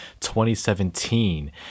2017